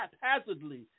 haphazardly